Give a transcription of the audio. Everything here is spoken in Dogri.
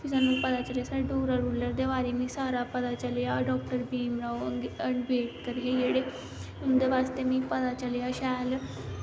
ते मिगी पता चलेआ साढ़े डोगरा रूलर दे बारे च मिगी सारा पता चलेआ डाक्टर बीमराव अमेबेडकर हे जेह्ड़े उंदे बास्तै मिगी पता चलेआ शैल